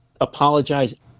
apologize